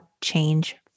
change